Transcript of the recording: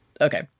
Okay